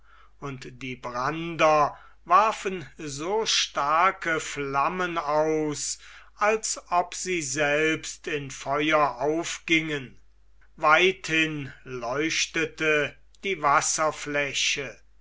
und die brander warfen so starke flammen aus als ob sie selbst in feuer aufgingen weithin leuchtete die wasserfläche